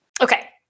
Okay